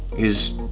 is.